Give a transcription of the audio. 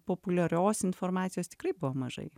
populiarios informacijos tikrai buvo mažai